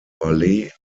ballet